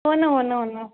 हो नं हो नं हो नं